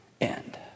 end